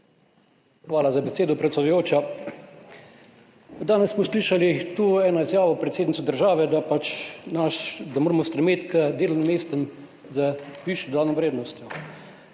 Hvala za besedo, predsedujoča. Danes smo slišali tu eno izjavo predsednice države, da moramo stremeti k delovnim mestom z višjo dodano vrednostjo.